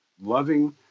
loving